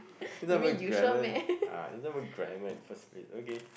it's not even grammar uh it's not even grammar in the first place okay